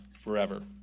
forever